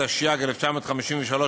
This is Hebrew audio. התשי"ג 1953,